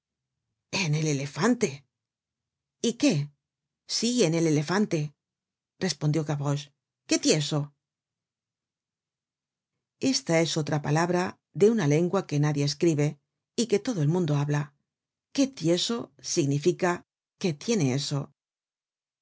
en el elefante yqué si en el elefante respondió gavroche quétieso esta es otra palabra de una lengua que nadie escribe y que todo el mundo habla quétieso significa qué tiene eso